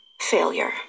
failure